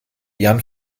jan